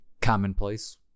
commonplace